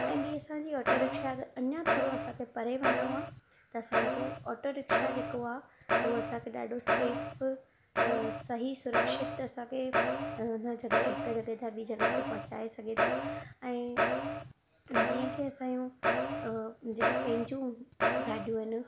ऐं ॿी असांजी ऑटो रिक्शा अञा थोरो असांखे परे वञिणो आहे त असांजो ऑटो रिक्शा जेको आहे उहो असांखे ॾाढो सेफ सही सुरक्षित असांखे उन जॻह हिकु जॻह ते ॿी जॻह ते पहुचाए सघे थो ऐं जीअं की असांजो जेके पैंजियूं गाॾियूं आहिनि